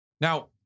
Now